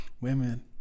women